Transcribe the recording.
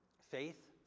faith